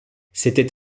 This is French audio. c’était